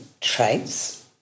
traits